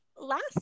last